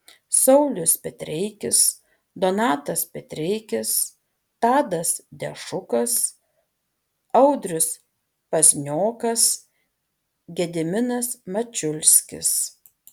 saulius petreikis donatas petreikis tadas dešukas audrius pazniokas gediminas mačiulskis